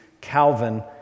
Calvin